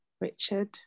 Richard